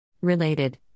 Related